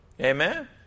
amen